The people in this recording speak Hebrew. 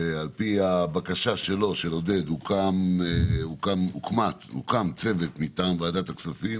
לפי הבקשה של עודד, הוקם צוות מטעם ועדת הכספים.